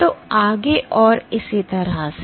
तो आगे और इस तरह से